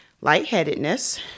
lightheadedness